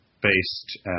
based